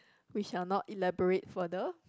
we shall not elaborate further